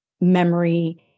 memory